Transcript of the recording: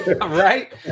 right